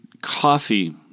coffee